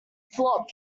flop